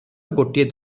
ଗୋଟିଏ